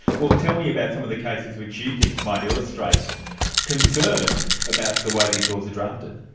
well, tell me about some of the cases which you think might illustrate concern about the way these laws are drafted.